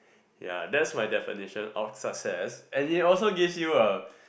ya that's my definition of success and it also give you a